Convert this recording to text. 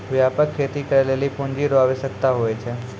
व्यापक खेती करै लेली पूँजी रो आवश्यकता हुवै छै